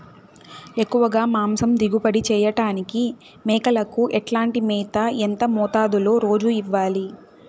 ఎక్కువగా మాంసం దిగుబడి చేయటానికి మేకలకు ఎట్లాంటి మేత, ఎంత మోతాదులో రోజు ఇవ్వాలి?